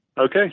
Okay